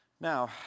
Now